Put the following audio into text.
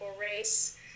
race